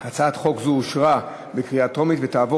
הצעת חוק זו אושרה בקריאה טרומית ותועבר